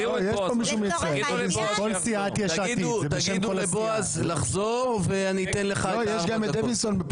תגידו לבועז לחזור ואני אתן לך את ארבע הדקות.